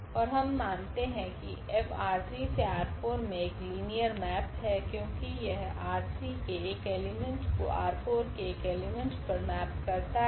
ओर हम मानते है कि F ℝ3 → ℝ4 मे एक लीनियर मैप है क्योकि यह ℝ3 के एक एलीमेंट् को ℝ4 के एलीमेंट् पर मैप करता है